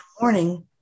morning